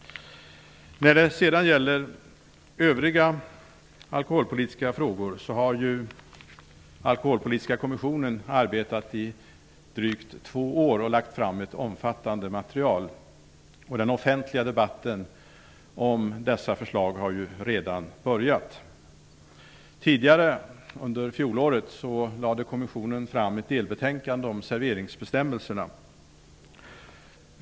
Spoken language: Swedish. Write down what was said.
När det sedan gäller övriga alkoholpolitiska frågor har ju den alkoholpolitiska kommissionen arbetat i drygt två år och lagt fram ett omfattande material. Den offentliga debatten om dessa förslag har redan börjat. Tidigare, under fjolåret, lade kommissionen fram ett delbetänkande om serveringsbestämmelserna.